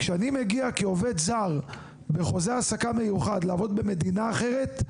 כשאני מגיע כעובד זר בחוזה העסקה מיוחד לעבוד במדינה אחרת,